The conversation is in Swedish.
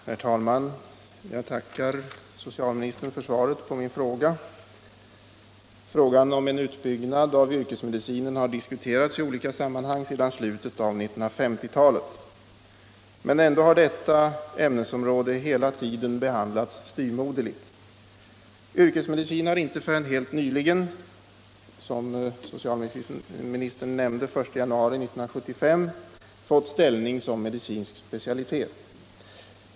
Herr talman! Jag tackar socialministern för svaret på min fråga. Frågan om en utbyggnad av yrkesmedicinen har diskuterats i olika sammanhang sedan slutet på 1950-talet, men ändå har detta ämnesområde hela tiden behandlats styvmoderligt. Yrkesmedicin har inte förrän helt nyligen, som socialministern nämnde, den 1 januari 1975 fått ställning som medicinsk specialitet.